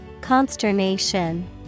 Consternation